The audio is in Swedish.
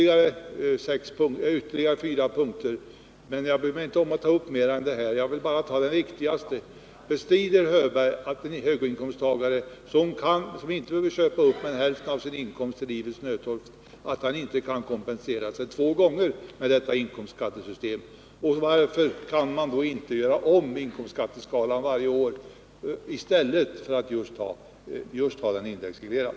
Jag hade ytterligare fyra punkter, men jag bryr mig inte om att ta upp dem nu, förutom den viktigaste: Bestrider Nils Hörberg att en inkomsttagare som till livets nödtorft inte behöver köpa upp mer än hälften av sin inkomst kan kompensera sig två gånger med detta inkomstskattesystem? Varför kan man då inte göra om skatteskalan varje år i stället för att just ha den indexreglerad?